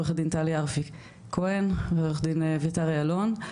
עורכת דין טלי ארפי כהן ועורך דין אביתר אלון.